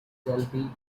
selby